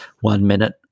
one-minute